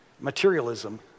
Materialism